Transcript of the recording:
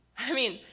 i mean,